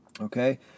okay